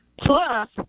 Plus